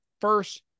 first